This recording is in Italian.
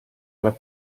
alla